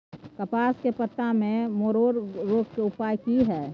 कपास के पत्ता में मरोड़ रोग के उपाय की हय?